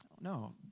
No